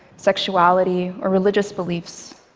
sexuality or religious beliefs.